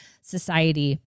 society